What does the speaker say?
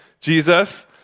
Jesus